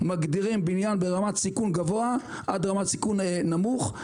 מגדירים בנין ברמת סיכון גבוה עד רמת סיכון נמוך,